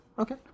Okay